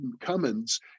Cummins